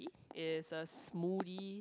is a smoothie